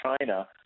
China